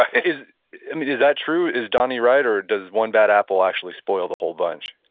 is is that true? is donny right, or does one bad apple actually spoil the whole bunch?